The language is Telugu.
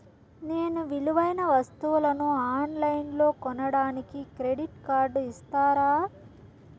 నేను విలువైన వస్తువులను ఆన్ లైన్లో కొనడానికి క్రెడిట్ కార్డు ఇస్తారా?